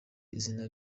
izina